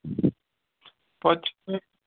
پَتہٕ چھِ